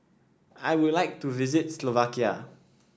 I would like to visit Slovakia